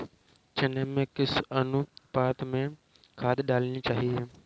चने में किस अनुपात में खाद डालनी चाहिए?